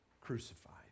crucified